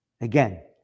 Again